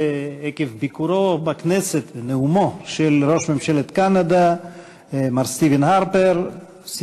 עקב ביקורו של ראש ממשלת קנדה מר סטיבן הרפר ונאומו בכנסת,